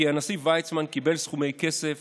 כי הנשיא ויצמן קיבל סכומי כסף